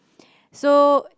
so